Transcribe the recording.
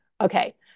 Okay